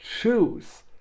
choose